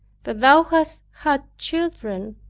that thou hast had children,